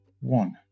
One